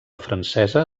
francesa